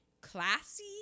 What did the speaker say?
classy